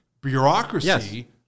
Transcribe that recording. bureaucracy